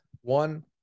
One